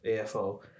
AFO